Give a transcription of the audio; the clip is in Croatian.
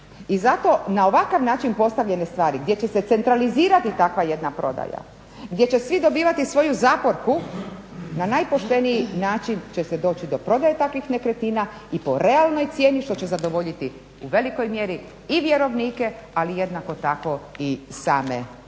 I zato na ovakav način postavljene stvari gdje će se centralizirati takva jedna prodaja, gdje će svi dobivati svoju zaporku na najpošteniji način će se doći do prodaje takvih nekretnina i po realnoj cijeni što će zadovoljiti u velikoj mjeri i vjerovnike, ali jednako tako i same